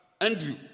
Andrew